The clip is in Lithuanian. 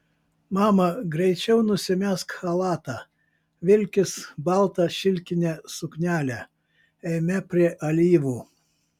mama greičiau nusimesk chalatą vilkis baltą šilkinę suknelę eime prie alyvų